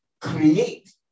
create